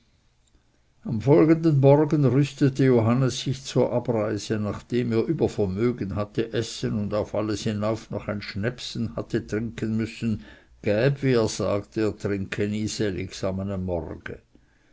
am folgenden morgen rüstete johannes sich zur abreise nachdem er über vermögen hatte essen und auf alles hinauf noch ein schnäpschen hatte trinken müssen gäb wie er sagte er trinke nie selligs am